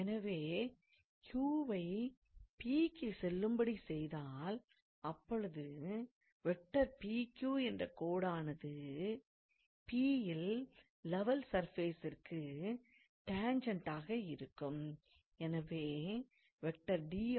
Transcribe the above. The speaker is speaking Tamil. எனவே Q வை P க்கு செல்லும் படி செய்தால் அப்பொழுது என்ற கோடானது P யில் லெவல் சர்ஃபேசிற்கு டாண்ஜெண்ட்டாக இருக்கும்